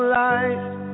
light